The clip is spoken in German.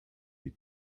die